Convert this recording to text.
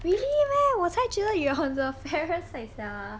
really meh 我才觉得 you're on the fairer side sia